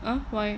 ah why